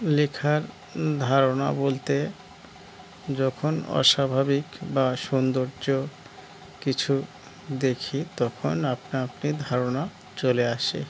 লেখার ধারণা বলতে যখন অস্বাভাবিক বা সৌন্দর্য কিছু দেখি তখন আপনা আপনি ধারণা চলে আসে